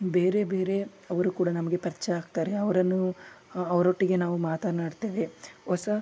ಬೇರೆ ಬೇರೆಯವ್ರು ಕೂಡ ನಮಗೆ ಪರ್ಚಯ ಆಗ್ತಾರೆ ಅವರನ್ನು ಅವರೊಟ್ಟಿಗೆ ನಾವು ಮಾತನಾಡ್ತೇವೆ ಹೊಸ